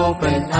Open